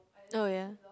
oh ya